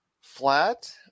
flat